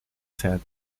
set